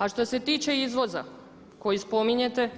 A što se tiče izvoza koji spominjete